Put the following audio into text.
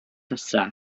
nesaf